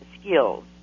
skills